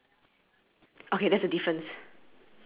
then the next thing is next to the fence